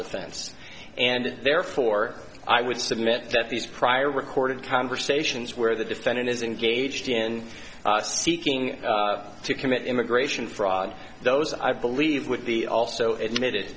defense and therefore i would submit that these prior recorded conversations where the defendant is engaged in seeking to commit immigration fraud those i believe with the also admitted